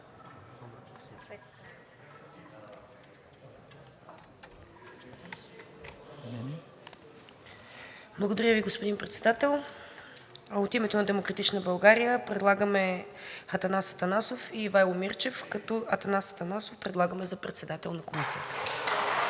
Благодаря Ви, господин Председател. От името на „Демократична България“ предлагаме Атанас Атанасов и Ивайло Мирчев, като Атанас Атанасов предлагаме за председател на Комисията.